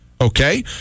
okay